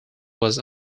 was